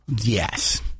yes